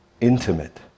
intimate